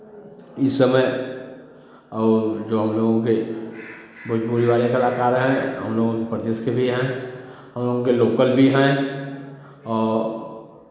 इस समय और जो हम लोगों के भोजपुरी वाले कलाकार हैं उन लोगों के प्रदेश के भी हैं और उनके लोकल भी हैं और